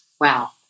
Wow